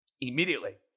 immediately